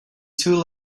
too